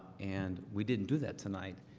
and we didn't do that tonight.